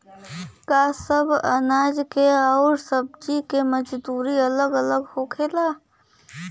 का सबे अनाज के अउर सब्ज़ी के मजदूरी अलग अलग होला?